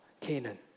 Canaan